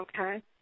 Okay